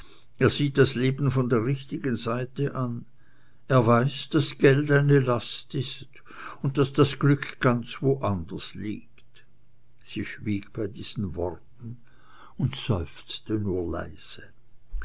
er sieht das leben von der richtigen seite an er weiß daß geld eine last ist und daß das glück ganz woanders liegt sie schwieg bei diesen worten und seufzte nur leise